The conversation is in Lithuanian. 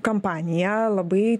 kampanija labai